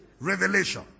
revelation